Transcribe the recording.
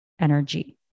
energy